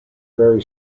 very